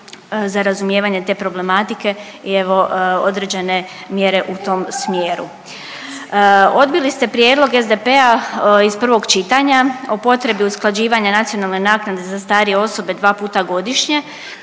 za razumijevanje te problematike i evo određene mjere u tom smjeru. Odbili ste prijedlog SDP-a iz prvog čitanja o potrebi usklađivanja nacionalne naknade za starije osobe dva puta godišnje,